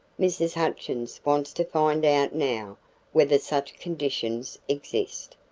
mrs. hutchins wants to find out now whether such conditions exist.